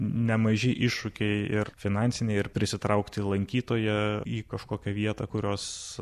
nemaži iššūkiai ir finansiniai ir prisitraukti lankytoją į kažkokią vietą kurios